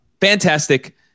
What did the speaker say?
Fantastic